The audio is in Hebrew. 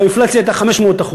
כשהאינפלציה הייתה 500%,